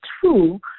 true